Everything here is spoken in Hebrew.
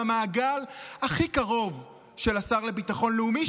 מהמעגל הכי קרוב של השר לביטחון לאומי,